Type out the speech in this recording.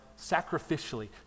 sacrificially